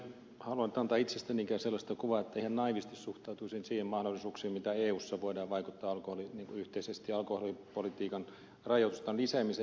en halunnut antaa itsestäni niinkään sellaista kuvaa että ihan naiivisti suhtautuisin niihin mahdollisuuksiin voida eussa yhteisesti vaikuttaa alkoholipolitiikan rajoitusten lisäämiseen